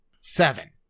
seven